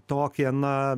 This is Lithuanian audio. tokie na